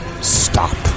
stop